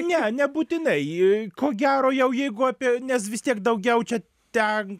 ne nebūtinai i ko gero jau jeigu apie nes vis tiek daugiau čia ten